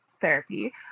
therapy